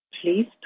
please